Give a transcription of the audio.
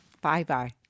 Bye-bye